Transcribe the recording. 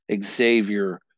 Xavier